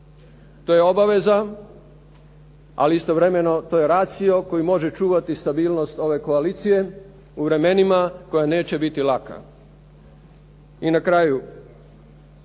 To je obaveza, ali istovremeno to je racio koji može čuvati stabilnost ove koalicije u vremenima koje neće biti laka. I na kraju,